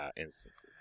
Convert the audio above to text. instances